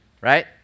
right